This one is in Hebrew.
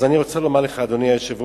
אז אני רוצה לומר לך, אדוני היושב-ראש,